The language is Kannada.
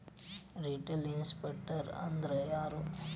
ರಿಟೇಲ್ ಇನ್ವೆಸ್ಟ್ ರ್ಸ್ ಅಂದ್ರಾ ಯಾರು?